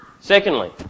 Secondly